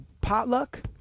potluck